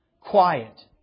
quiet